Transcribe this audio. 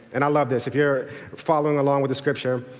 and i love this, if you're following along with the scripture,